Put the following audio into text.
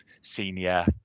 senior